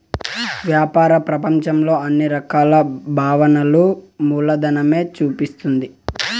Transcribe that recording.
వ్యాపార ప్రపంచంలో అన్ని రకాల భావనలను మూలధనమే చూపిస్తుంది